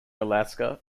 alaska